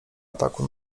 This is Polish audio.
ataku